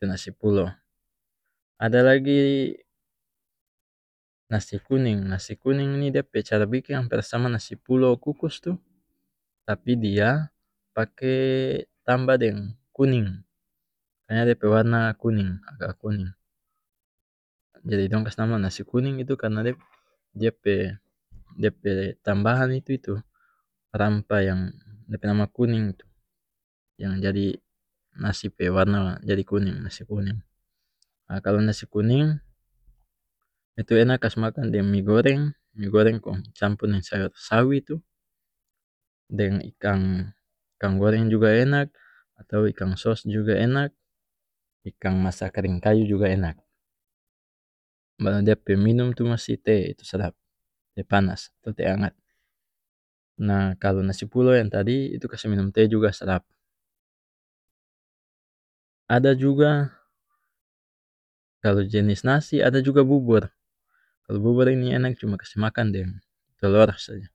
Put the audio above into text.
pe nasi pulo ada lagi nasi kuning nasi kuning ni dia pe cara biking amper sama nasi pulo kukus tu tapi dia pake tambah deng kuning makanya dia pe warna kuning-agak kuning jadi dong kase nama nasi kuning itu karena dia pe-dia pe tambahan tu itu rampah yang dia pe nama kuning tu yang jadi nasi pe warna jadi kuning nasi kuning ah kalu nasi kuning itu enak kas makang deng mie goreng mie goreng kong campur deng sayor sawi tu deng ikang-ikang goreng juga enak atau ikang sos juga enak ikang masa karing kayu juga enak baru dia pe minum tu musi teh itu sadap teh panas atau teh angat nah kalu nasi pulo yang tadi itu kas minum teh juga sadap ada juga kalu jenis nasi ada juga bubur kalu bubur ini enak cuma kase makan deng tolor saja.